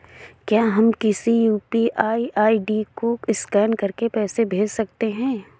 क्या हम किसी यू.पी.आई आई.डी को स्कैन करके पैसे भेज सकते हैं?